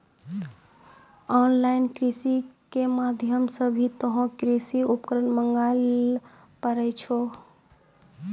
on line के माध्यम से भी तोहों कृषि उपकरण मंगाय ल पारै छौ